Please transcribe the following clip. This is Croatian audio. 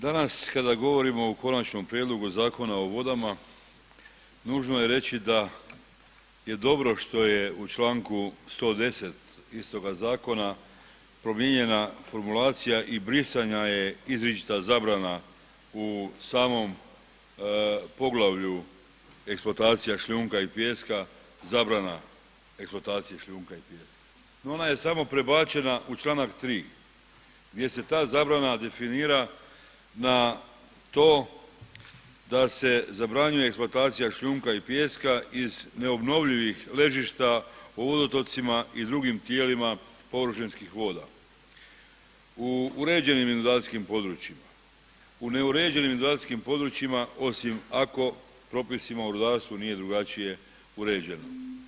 Danas kada govorimo o Konačnom prijedlogu Zakona o vodama, nužno je reći da je dobro što je u članku 110. istoga zakona promijenjena formulacija i brisanja je izričita zabrana u samom poglavlju eksploatacija šljunka i pijeska, zabrana eksploatacija šljunka i pijeska no ona je samo prebačena u članak 3. gdje se ta zabrana definira na to da se zabranjuje eksploatacija šljunka i pijeska iz neobnovljivih ležišta u vodotocima i drugim tijelima površinskih voda u uređenim inundacijskim područjima, u neuređenim inundacijskim područjima osim ako propisima o rudarstvo nije drugačije uređeno.